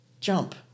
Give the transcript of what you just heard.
jump